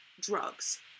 drugs